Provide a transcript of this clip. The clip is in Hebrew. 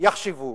יחשבו